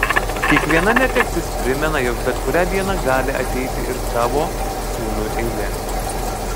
kiekviena netektis primena jog bet kurią dieną gali ateiti ir tavo sūnui eilė